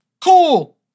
cool